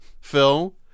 Phil